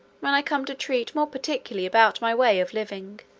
when i come to treat more particularly about my way of living.